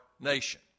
nation